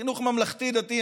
החינוך הממלכתי-דתי,